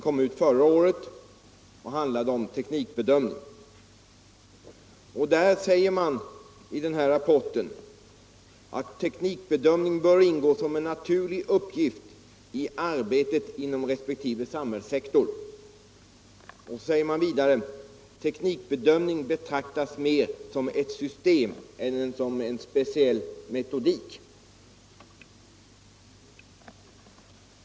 I rapporten sägs att teknikbedömning bör ingå som en naturlig uppgift i arbetet inom resp. samhällssektor. Vidare sägs att teknikbedömning betraktas mer som ett system än som en speciell metodik.